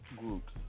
groups